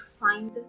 find